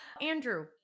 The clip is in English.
Andrew